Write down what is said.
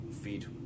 feed